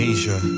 Asia